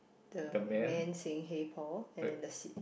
the man saying hey Paul and then the seat